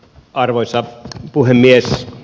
arvoisa puhemies